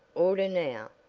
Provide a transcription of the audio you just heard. order now!